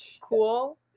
cool